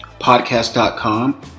Podcast.com